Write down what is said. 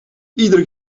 iedere